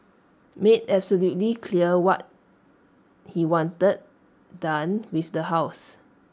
made absolutely clear what he wanted done with the house